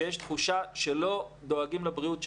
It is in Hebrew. כשיש תחושה שלא דואגים לבריאות שלהם.